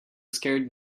scared